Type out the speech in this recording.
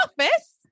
office